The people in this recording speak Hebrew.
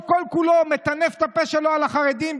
כל-כולו מטנף את הפה שלו על החרדים,